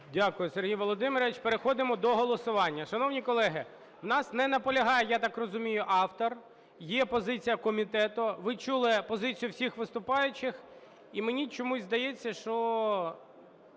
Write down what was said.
Дякую, Сергій Володимирович. Переходимо до голосування. Шановні колеги, у нас не наполягає, я так розумію, автор. Є позиція комітету, ви чули позицію всіх виступаючих. І мені чомусь здається, що